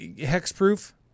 Hex-proof